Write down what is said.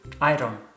Iron